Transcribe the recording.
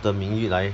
的名誉来